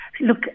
Look